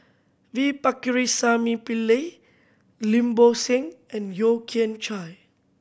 V Pakirisamy Pillai Lim Bo Seng and Yeo Kian Chye